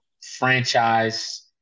franchise